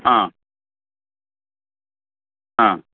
ആ ആ